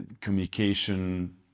communication